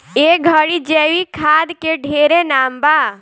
ए घड़ी जैविक खाद के ढेरे नाम बा